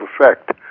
effect